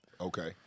Okay